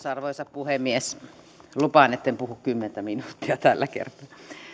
arvoisa puhemies lupaan etten puhu kymmentä minuuttia tällä kertaa